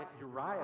Uriah